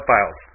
Files